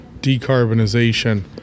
decarbonization